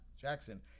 Jackson